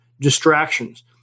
distractions